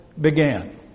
began